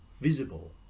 visible